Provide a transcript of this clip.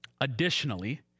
Additionally